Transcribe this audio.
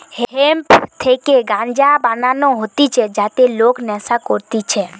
hemp থেকে গাঞ্জা বানানো হতিছে যাতে লোক নেশা করতিছে